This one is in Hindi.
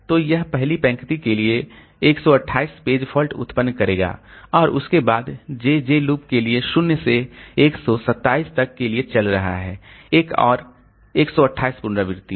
तो यह पहली पंक्ति के लिए 128 पेज फॉल्ट उत्पन्न करेगा और उसके बाद j j लूप के लिए 0 से 127 के लिए चल रहा है एक और 128 पुनरावृत्तियों